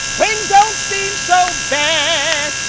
things don't seem so bad.